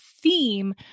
theme